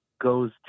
goes